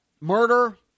murder